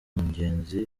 mugezi